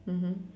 mmhmm